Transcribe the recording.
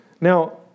Now